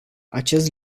acest